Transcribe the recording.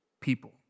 people